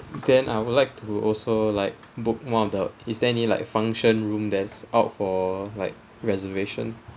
then I would like to also like book one of the is there any like function room that's out for like reservation